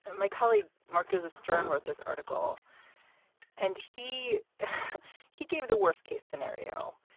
and my colleague mark does a stern wrote this article and he he gave the worst case scenario.